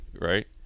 right